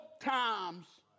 times